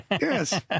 Yes